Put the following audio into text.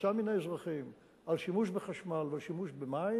כהכנסה מן האזרחים על שימוש בחשמל ועל שימוש במים,